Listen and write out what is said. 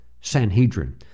Sanhedrin